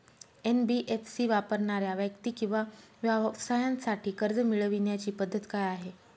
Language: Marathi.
एन.बी.एफ.सी वापरणाऱ्या व्यक्ती किंवा व्यवसायांसाठी कर्ज मिळविण्याची पद्धत काय आहे?